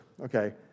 okay